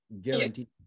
guaranteed